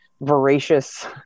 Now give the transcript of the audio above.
voracious